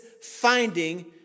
finding